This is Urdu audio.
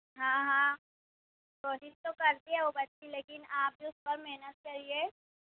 ہاں ہاں کوشش تو کرتی ہے وہ بچی لیکن آپ بھی اُس پر محنت کریے